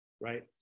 Right